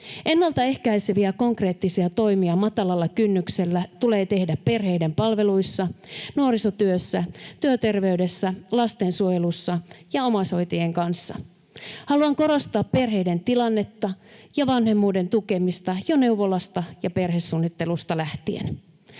Ennalta ehkäiseviä konkreettisia toimia matalalla kynnyksellä tulee tehdä perheiden palveluissa, nuorisotyössä, työterveydessä, lastensuojelussa ja omaishoitajien kanssa. Haluan korostaa perheiden tilannetta ja vanhemmuuden tukemista jo neuvolasta ja perhesuunnittelusta lähtien.